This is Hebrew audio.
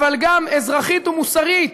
אבל גם אזרחית ומוסרית.